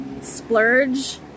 splurge